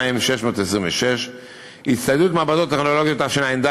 1,892,626. הצטיידות מעבדות טכנולוגיות בתשע"ד,